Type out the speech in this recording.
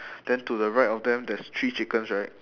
then to the right of them there's three chickens right